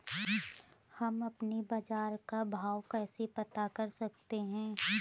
हम अपने बाजार का भाव कैसे पता कर सकते है?